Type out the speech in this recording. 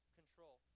control